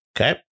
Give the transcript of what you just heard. okay